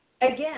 again